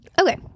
okay